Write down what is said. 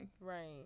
Right